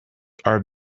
are